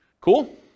Cool